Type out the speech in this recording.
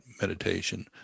meditation